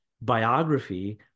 biography